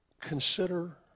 consider